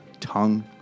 Tongue